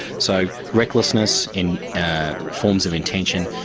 so recklessness in forms of intention,